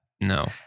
No